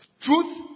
truth